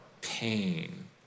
pain